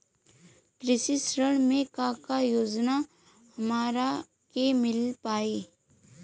कृषि ऋण मे का का योजना हमरा के मिल पाई?